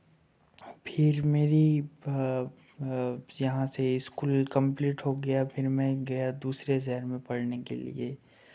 फिर मेरी यहाँ से इस्कूल कंप्लीट हो गया फिर मैं गया दूसरे शहर में पढ़ने के लिए